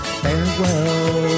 farewell